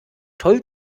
toll